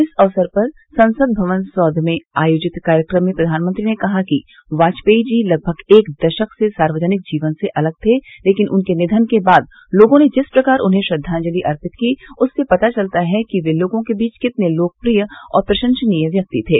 इस अवसर पर संसद भवन सौध में आयोजित कार्यक्रम में प्रधानमंत्री ने कहा कि वाजपेयी जी लगभग एक दशक से सार्वजनिक जीवन से अलग थे लेकिन उनके निधन के बाद लोगों ने जिस प्रकार उन्हें श्रद्वांजलि अर्पित की उससे पता चलता है कि वे लोगों के बीच कितने लोकप्रिय और प्रशंसनीय व्यक्तित्व के थे